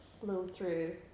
flow-through